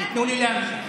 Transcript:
תיתנו לי להמשיך.